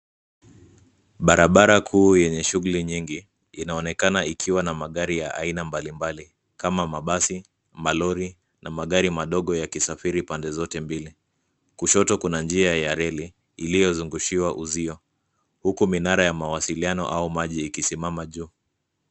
Barabara kuu yenye shughuli nyingi, inaonekana ikiwa na magari ya aina mbali mbali kama mabasi, malori na magari madogo yakisafiri pande zote mbili. Kushoto kuna njia ya reli iliyozungushiwa uzio, huku minara ya mawasiliano au maji ikisimama juu.